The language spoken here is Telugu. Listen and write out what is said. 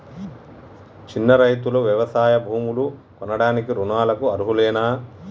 చిన్న రైతులు వ్యవసాయ భూములు కొనడానికి రుణాలకు అర్హులేనా?